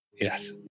yes